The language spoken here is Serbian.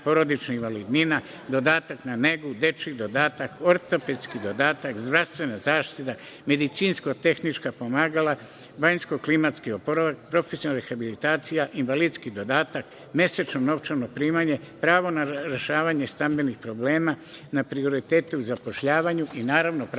porodična invalidnina, dodatak na negu, dečiji dodatak, ortopedski dodatak, zdravstvena zaštita, medicinsko-tehnička pomagala, banjsko-klimatski oporavak, profesionalna rehabilitacija, invalidski dodatak, mesečno novčano primanje, pravo na rešavanje stambenih problema, na prioritetu zapošljavanja i naravno pravo na